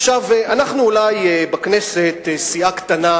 עכשיו, אנחנו אולי סיעה קטנה